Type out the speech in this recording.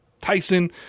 Tyson